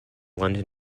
london